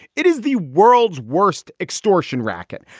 it is the world's worst extortion racket.